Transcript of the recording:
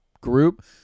group